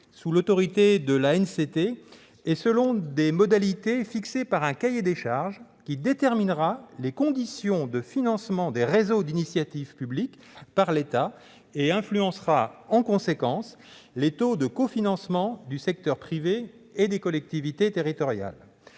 sous l'autorité de l'ANCT et selon des modalités fixées par un cahier des charges, qui déterminera les conditions de financement des réseaux d'initiative publique par l'État et influencera, en conséquence, les taux de cofinancement du secteur privé et des collectivités territoriales.